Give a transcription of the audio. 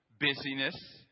busyness